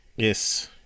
Yes